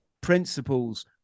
principles